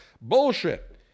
Bullshit